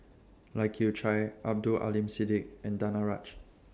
Lai Kew Chai Abdul Aleem Siddique and Danaraj